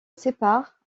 sépare